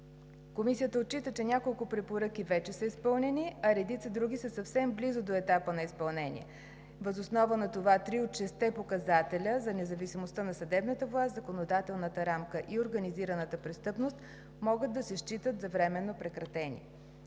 Комисията отчита, че няколко препоръки вече са изпълнени, а редица други са съвсем близо до етапа на изпълнение. Въз основа на това три от шестте показателя – за независимостта на съдебната власт, законодателната рамка и организираната престъпност, могат да се считат за временно прекратени.